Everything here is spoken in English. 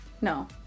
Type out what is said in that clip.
No